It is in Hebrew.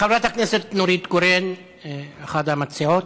חברת הכנסת נורית קורן, אחת המציעות.